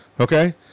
Okay